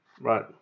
Right